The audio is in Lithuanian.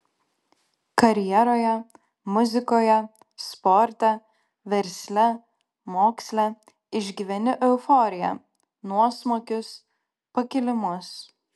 karjeroje muzikoje sporte versle moksle išgyveni euforiją nuosmukius pakilimus